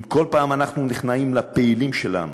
אם כל פעם אנחנו נכנעים לפעילים שלנו,